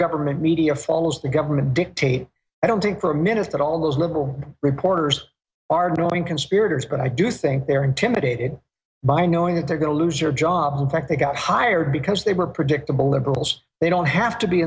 government media follows the government dictate i don't think for a minute that all those liberal reporters are going conspirators but i do think they're intimidated by knowing that they're going to lose your job in fact they got hired because they were predictable liberals they don't have to be